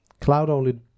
cloud-only